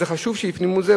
אז זה חשוב שהפנימו את זה,